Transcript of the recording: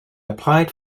applied